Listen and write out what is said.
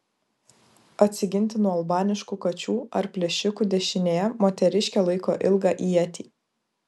atsiginti nuo albaniškų kačių ar plėšikų dešinėje moteriškė laiko ilgą ietį